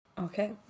Okay